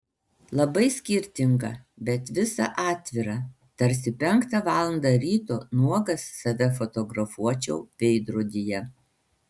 labai skirtinga bet visa atvira tarsi penktą valandą ryto nuogas save fotografuočiau veidrodyje